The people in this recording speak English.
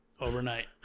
overnight